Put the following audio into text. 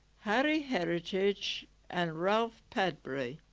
harry heritage and ralph padbury